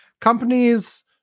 companies